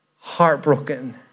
heartbroken